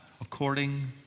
according